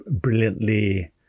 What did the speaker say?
brilliantly